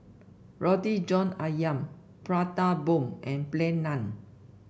Roti John ayam Prata Bomb and Plain Naan